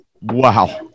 Wow